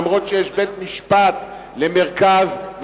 אף שיש בית-משפט למרכז,